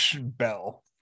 bell